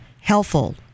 helpful